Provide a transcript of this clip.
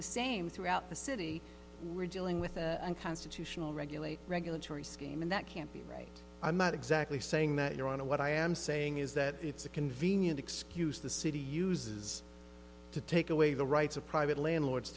the same throughout the city we're dealing with a constitutional regulate regulatory scheme and that can't be right i'm not exactly saying that you're on a what i am saying is that it's a convenient excuse the city uses to take away the rights of private landlords